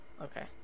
Okay